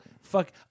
fuck